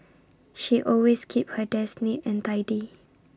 she always keeps her desk neat and tidy